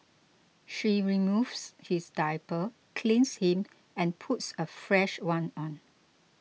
she removes his diaper cleans him and puts a fresh one on